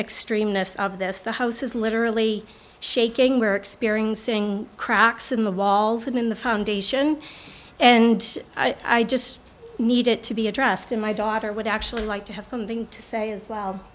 extremeness of this the house is literally shaking we're experiencing cracks in the walls in the foundation and i just needed to be addressed in my daughter would actually like to have something to say as well